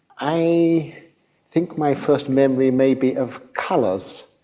i think my first memory may be of colours.